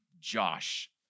Josh